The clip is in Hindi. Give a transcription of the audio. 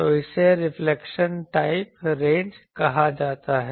तो इसे रिफ्लेक्शन टाइप रेंज कहा जाता है